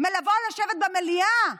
מלבוא לשבת במליאה,